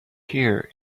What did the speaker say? here